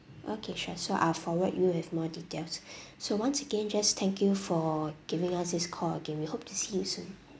okay sure so I'll forward you with more details so once again just thank you for giving us this call again we hope to see you soon